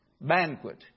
banquet